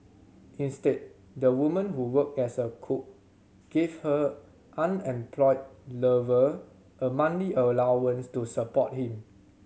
instead the woman who worked as a cook gave her unemployed lover a monthly allowance to support him